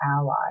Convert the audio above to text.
ally